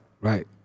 Right